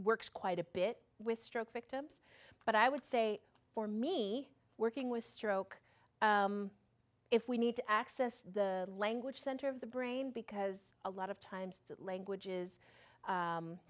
works quite a bit with stroke victims but i would say for me working with stroke if we need to access the language center of the brain because a lot of times languages